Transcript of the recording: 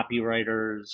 copywriters